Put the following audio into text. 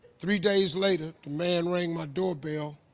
three days later, the man rang my doorbell,